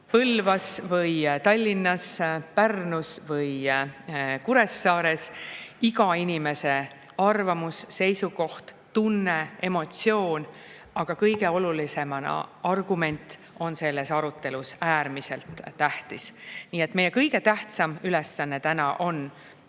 Põlvas või Tallinnas, Pärnus või Kuressaares, iga inimese arvamus, seisukoht, tunne, emotsioon ja argument – kõige olulisem – on selles arutelus äärmiselt tähtsad. Nii et meie kõige tähtsam ülesanne on [pidada]